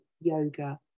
yoga